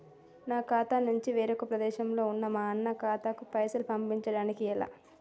నా ఖాతా నుంచి వేరొక ప్రదేశంలో ఉన్న మా అన్న ఖాతాకు పైసలు పంపడానికి ఎలా?